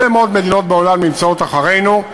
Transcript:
גרמניה והרבה מאוד מדינות בעולם נמצאות אחרינו.